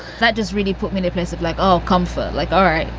that just really put me in a place of like, oh, comfort. like, all right.